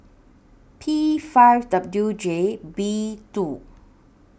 P five W J B two